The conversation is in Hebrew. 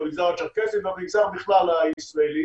הצ'רקסי ובמגזר בכלל הישראלי